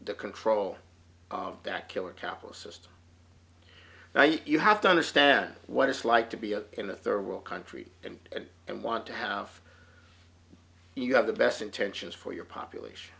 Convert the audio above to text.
the control of that killer capital system now you have to understand what it's like to be a in a third world country and and and want to have you have the best intentions for your population